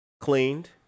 cleaned